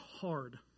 hard